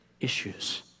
issues